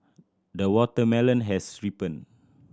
the watermelon has ripened